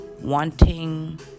wanting